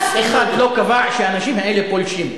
אדוני, אף אחד לא קבע שהאנשים האלה פולשים.